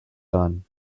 done